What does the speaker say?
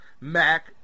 Mac